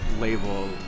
label